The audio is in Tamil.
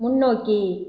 முன்னோக்கி